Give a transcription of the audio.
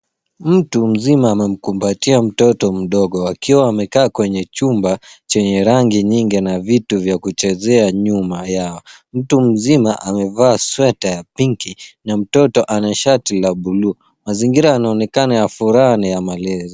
Mtu mzima amemkumbatia mtoto mdogo akiwa amekaa kwenye chumba chenye rangi nyingi na vitu vya kuchezea nyuma yao. Mtu mzima amevaa sweta ya pinki na mtoto ana shati la buluu. Mazingira yanaonekana ya furaha na ya malezi.